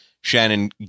shannon